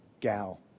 Gal